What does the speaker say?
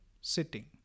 sitting